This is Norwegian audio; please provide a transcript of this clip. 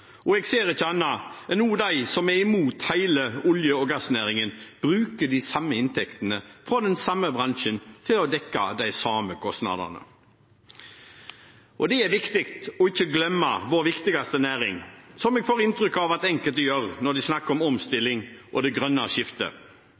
og jeg ser ikke annet enn at også de som er imot olje- og gassnæringen, bruker de samme inntektene fra den samme bransjen til å dekke de samme kostnadene. Det er viktig ikke å glemme vår viktigste næring, som jeg får inntrykk av at enkelte gjør når de snakker om